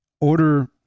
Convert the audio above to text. Order